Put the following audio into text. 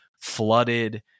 flooded